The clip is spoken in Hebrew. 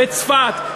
בצפת,